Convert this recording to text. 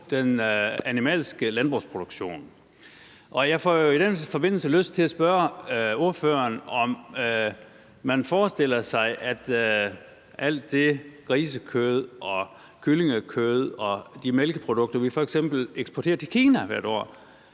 den animalske landbrugsproduktion, og jeg får jo i den forbindelse lyst til at spørge ordføreren, om man ikke forestiller sig, at alt det grisekød og kyllingekød og de mælkeprodukter, vi hvert år f.eks. eksporterer til Kina, bare vil